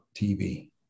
TV